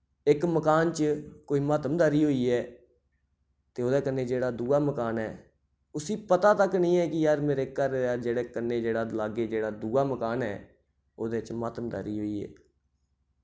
इक मकान च कोई महात्मदारी होई ऐ ते ओह्दे कन्नै जेह्ड़ा दूआ मकान ऐ उसी पता तक नि ऐ कि यार मेरे घर जेह्ड़े कन्नै जेह्ड़ा लाग्गै जेह्ड़ा दूआ मकान ऐ उ'दे च महात्मदारी होई ऐ